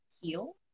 heal